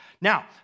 Now